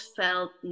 felt